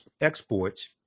exports